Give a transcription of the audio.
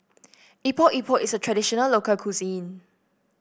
Epok Epok is a traditional local cuisine